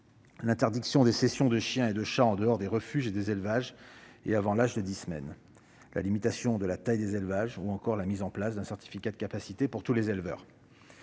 l'interdiction des cessions de chiens et chats en dehors des refuges et des élevages avant l'âge de dix semaines, la limitation de la taille des élevages ou encore la mise en place d'un certificat de capacité pour tous les éleveurs.